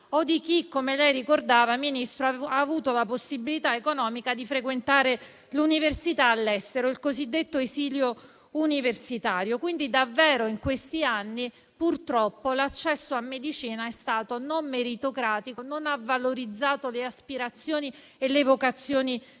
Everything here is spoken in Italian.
o di chi - come lei ricordava, signor Ministro - ha avuto la possibilità economica di frequentare l'università all'estero, il cosiddetto esilio universitario. Davvero in questi anni purtroppo l'accesso a medicina è stato non meritocratico, non ha valorizzato le aspirazioni e le vocazioni